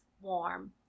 warm